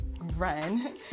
run